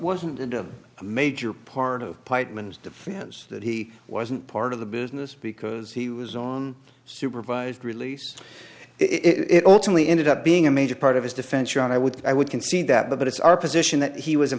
wasn't and of a major part of pite min's defense that he wasn't part of the business because he was on supervised release it ultimately ended up being a major part of his defense you and i would i would concede that but it's our position that he was